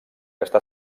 està